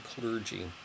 clergy